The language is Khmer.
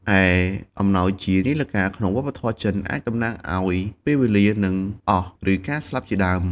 ឯអំណោយជា នាឡិកា ក្នុងវប្បធម៌ចិន អាចតំណាងឲ្យ ពេលវេលានឹងអស់ ឬ ការស្លាប់ ជាដើម។